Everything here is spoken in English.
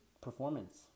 performance